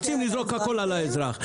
רוצים לזרוק הכול על האזרח.